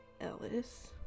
Ellis